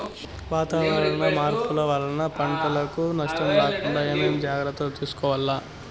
వాతావరణ మార్పులు వలన పంటలకు నష్టం రాకుండా ఏమేం జాగ్రత్తలు తీసుకోవల్ల?